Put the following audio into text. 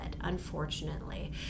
unfortunately